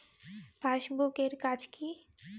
Passbook এর কাজ কি?